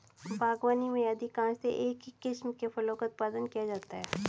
बागवानी में अधिकांशतः एक ही किस्म के फलों का उत्पादन किया जाता है